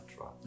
right